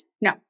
No